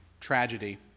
tragedy